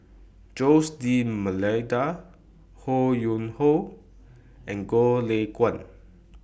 Jose D'almeida Ho Yuen Hoe and Goh Lay Kuan